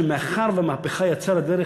מאחר שהמהפכה יצאה לדרך,